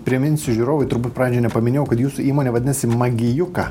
priminsiu žiūrovai turbūt pradžioj nepaminėjau kad jūsų įmonė vadinasi magijuka